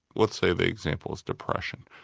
let's say the example is depression.